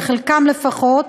חלקם לפחות,